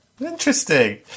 Interesting